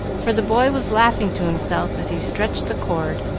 for the boy was laughing to himself as he stretched the cord,